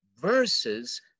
versus